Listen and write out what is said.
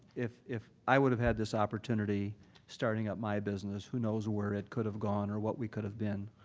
if if i would have had this opportunity starting out my business, who knows where it could have gone or what we could have been.